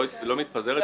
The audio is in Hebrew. לא מתפזרת התפזרה כבר.